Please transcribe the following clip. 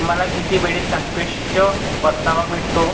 तुम्हाला किती वेळेत सापेक्ष परतावा मिळतो?